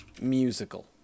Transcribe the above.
musical